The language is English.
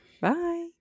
bye